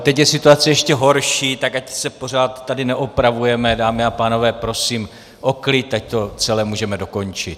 Teď je situace ještě horší, tak ať se pořád tady neopravujeme, dámy a pánové, prosím o klid, ať to celé můžeme dokončit.